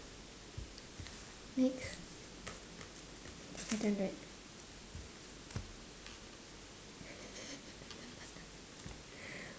next it's my turn right